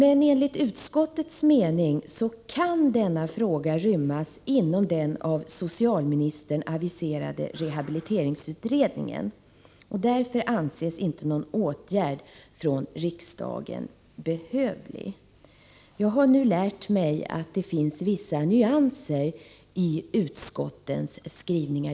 Enligt utskottets mening kan denna fråga rymmas inom den av socialministern aviserade rehabiliteringsutredningen, och därför anses inte någon åtgärd från riksdagen behövlig. Jag har nu lärt mig att det finns vissa nyanser i utskottens skrivningar.